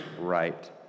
right